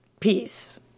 Peace